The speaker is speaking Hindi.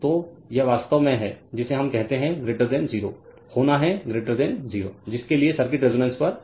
तो यह वास्तव में है जिसे हम कहते हैं 0 होना है 0 जिसके लिए सर्किट रेजोनेंस पर है